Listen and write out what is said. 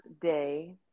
day